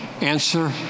Answer